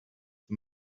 the